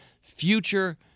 future